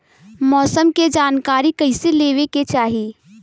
मौसम के जानकारी कईसे लेवे के चाही?